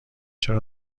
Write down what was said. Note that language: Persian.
چرا